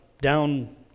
down